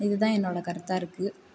இது தான் என்னோட கருத்தாக இருக்கு